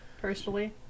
personally